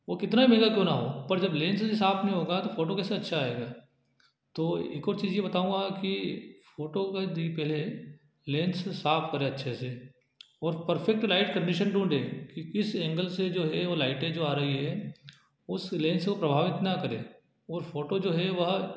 वह कितना महँगा क्यों ना हो पर जब लेंस ही साफ़ नहीं होगा तो फोटो कैसे अच्छा आएगा तो एक और चीज़ यह बताऊँगा कि फोटो के पहले लेंस साफ़ करें अच्छे से और परफेक्ट लाइट कंडीसन ढूँढे कि किस एंगल से जो है वह लाइटें जो आ रही हैं उस लेंस को प्रभावित ना करें और फोटो जो वह